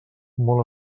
molt